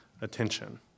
attention